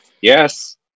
Yes